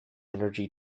energy